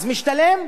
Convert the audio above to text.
אז משתלם,